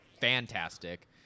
fantastic